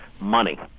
money